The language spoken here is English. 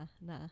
nah